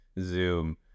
Zoom